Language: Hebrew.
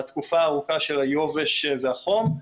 התקופה הארוכה של היובש והחום.